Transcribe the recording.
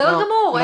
בסדר גמור.